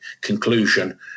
conclusion